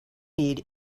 need